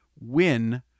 win